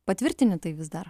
patvirtini tai vis dar